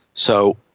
so,